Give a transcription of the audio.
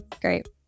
great